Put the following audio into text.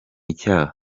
icyaha